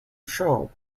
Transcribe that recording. show